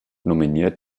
nominiert